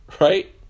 Right